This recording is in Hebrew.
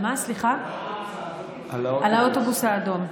לא ענית לי על האוטובוס האדום.